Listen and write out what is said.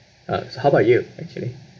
uh so how about you actually